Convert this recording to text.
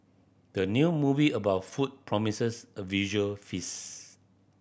the new movie about food promises a visual feast